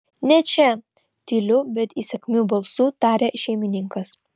ne čia tyliu bet įsakmiu balsu taria šeimininkas